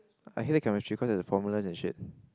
I hated chemistry cause there were formulas and shit